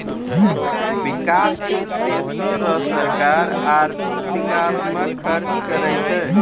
बिकाससील देसो रो सरकार आर्थिक बिकास म खर्च करै छै